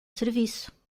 serviço